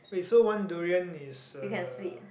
wait so one durian is uh